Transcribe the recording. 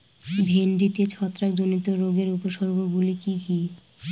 ভিন্ডিতে ছত্রাক জনিত রোগের উপসর্গ গুলি কি কী?